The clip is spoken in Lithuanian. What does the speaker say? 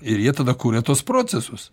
ir jie tada kuria tuos procesus